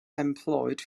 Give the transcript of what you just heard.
employed